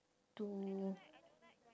to